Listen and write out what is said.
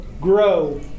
grow